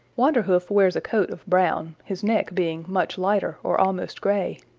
wanderhoof wears a coat of brown. his neck being much lighter or almost gray.